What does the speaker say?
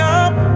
up